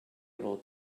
able